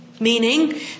Meaning